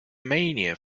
mania